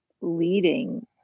leading